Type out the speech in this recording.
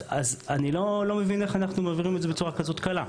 אז אני לא מבין איך אנחנו מעבירים את זה בצורה כזאת קלה.